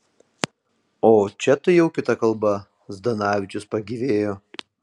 o čia tai jau kita kalba zdanavičius pagyvėjo